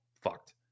fucked